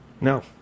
No